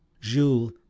Jules